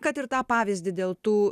kad ir tą pavyzdį dėl tų